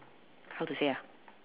how to say ah